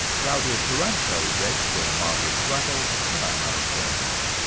claudia taranto read from margaret drabble, and i'm alan saunders.